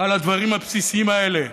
על הדברים הבסיסיים האלה.